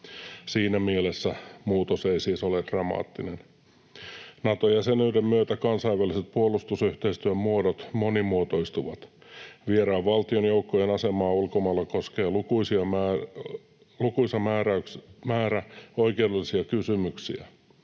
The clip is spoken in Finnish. Siinä mielessä muutos ei siis ole dramaattinen. Nato-jäsenyyden myötä kansainvälisen puolustusyhteistyön muodot monimuotoistuvat. Vieraan valtion joukkojen asemaa ulkomailla koskee lukuisa määrä oikeudellisia kysymyksiä.